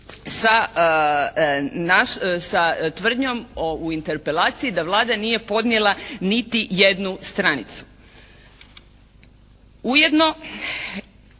sa tvrdnjom u interpelaciji da Vlada nije podnijela niti jednu stranicu. Ujedno